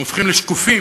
הם הופכים לשקופים?